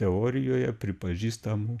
teorijoje pripažįstamų